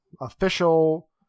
official